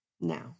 now